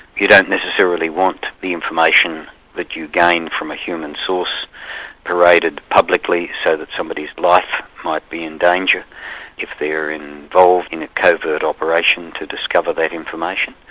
you don't necessarily want the information that you gain from a human source paraded publicly so that somebody's life might be in danger if they're involved in a covert operation to discover that information.